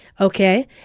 Okay